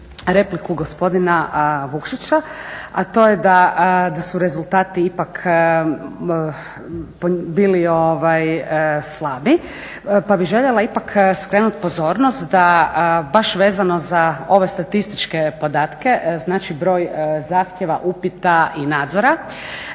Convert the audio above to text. repliku gospodina Vukšića, a to je da su rezultati ipak bili slabi pa bih željela ipak skrenuti pozornost da baš vezano za ove statističke podatke, znači broj zahtjeva, upita i nadzora,